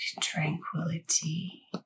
tranquility